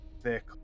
thick